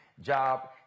job